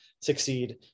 succeed